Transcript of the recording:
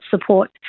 support